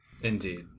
Indeed